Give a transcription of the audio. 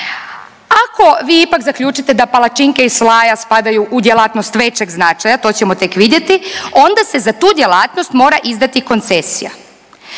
Ako vi ipak zaključite da palačinke i slaja u djelatnost većeg značaja, to ćemo tek vidjeti, onda se za tu djelatnost mora izdati koncesija.